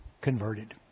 converted